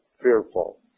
fearful